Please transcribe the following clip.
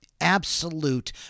absolute